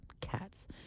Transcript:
cats